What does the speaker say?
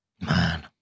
Man